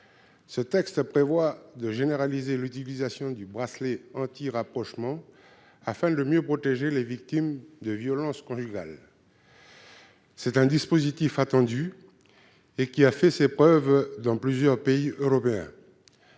ce texte prévoit de généraliser l'utilisation du bracelet antirapprochement afin de mieux protéger les victimes de violences conjugales, c'est un dispositif attendu et qui a fait ses preuves dans plusieurs pays européens,